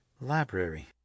library